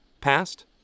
past